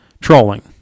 trolling